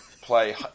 play